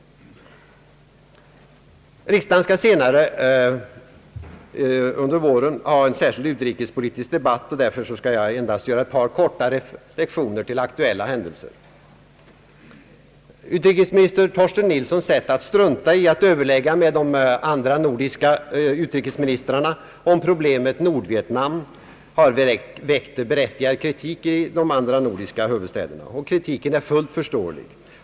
Riksdagen skall senare under våren ha en särskild utrikespolitisk debatt, och därför skall jag endast göra ett par korta reflexioner till aktuella händelser. Utrikesminister Torsten Nilssons sätt att strunta i att överlägga med de andra nordiska utrikesministrarna om problemet Nordvietnam har väckt berättigad kritik i de andra nordiska huvudstäderna. Kritiken är fullt förståelig.